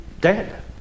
dead